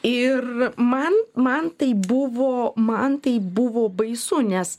ir man man tai buvo man tai buvo baisu nes